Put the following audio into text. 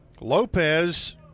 Lopez